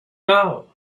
now